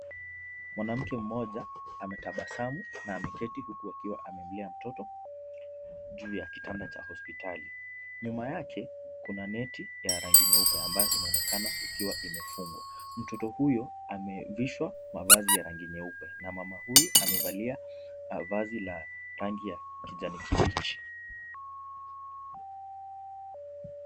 Mwanamke mmoja ametabasamu na ameketi huku akiwa amemlea mtoto juu ya kitanda cha hospitali. Nyuma yake kuna neti ya rangi nyeupe ambayo inaonekana ikiwa imefungwa. Mtoto huyo amevishwa mavazi ya rangi nyeupe na mama huyu amevalia vazi la rangi ya kijani kibichi.